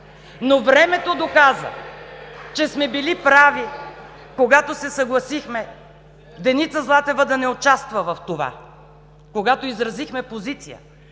Но времето показа, че сме били прави, когато се съгласихме Деница Златева да не участва в това, когато изразихме позиция,